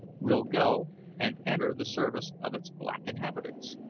we'll go and enter the service of its black inhabitants.